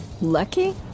Lucky